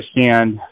understand